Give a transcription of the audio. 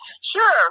Sure